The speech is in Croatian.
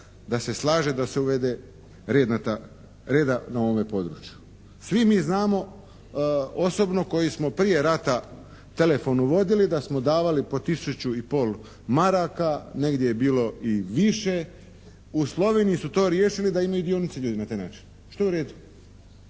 da se slaže da se uvede reda na ovome području. Svi mi znamo osobno koji smo prije rata telefon uvodili da smo davali po tisuću i pol maraka, negdje je bilo i više. U Sloveniji su to riješili da imaju dionice ljudi na taj način, što je u redu.